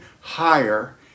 higher